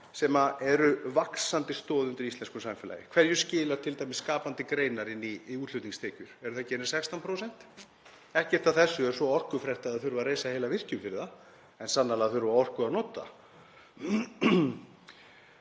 og eru vaxandi stoð undir íslensku samfélagi. Hverju skila t.d. skapandi greinar inn í útflutningstekjur? Eru það ekki einmitt16%? Ekkert af þessu er svo orkufrekt að það þurfi að reisa heila virkjun fyrir það en sannarlega þurfa þessar